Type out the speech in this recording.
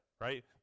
Right